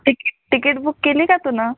ticket ticket book केली का तू